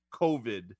COVID